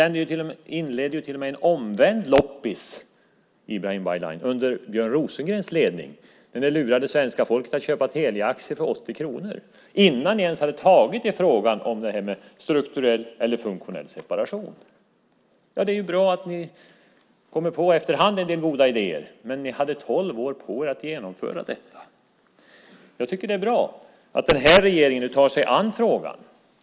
Ni inledde till och med en omvänd loppis, Ibrahim Baylan, under Björn Rosengrens ledning när ni lurade svenska folket att köpa Teliaaktier för 80 kronor, innan ni ens hade tagit i frågan om detta med strukturell eller funktionell separation. Det är bra att ni efter hand kommer på en del goda idéer. Men ni hade tolv år på er att genomföra detta. Jag tycker att det är bra att den här regeringen nu tar sig an frågan.